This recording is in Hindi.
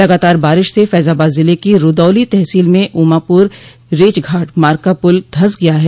लगातार बारिश से फजाबाद ज़िले की रूदौली तहसील में उमापुर रेछघाट मार्ग का पुल धस गया है